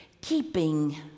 keeping